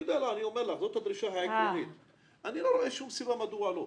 אני לא רואה שום סיבה מדוע לא.